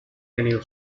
tenido